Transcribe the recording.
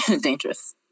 dangerous